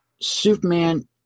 Superman